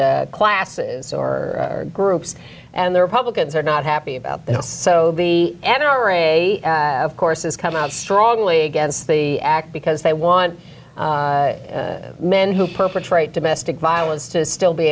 classes or groups and the republicans are not happy about that so the n r a of course has come out strongly against the act because they want men who perpetrate domestic violence to still be